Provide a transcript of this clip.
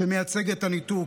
שמייצג את הניתוק,